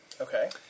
Okay